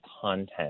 content